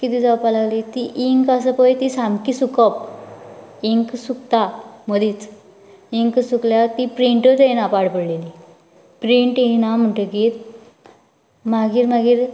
कितें जावपाक लागलें ती इंक आसा पळय ती सामकी सुकप इंक सुकता मदींच इंक सुकल्यार ती प्रिंन्टूच येना पाड पडलेली प्रिन्ट येना म्हणटकीर मागीर मागीर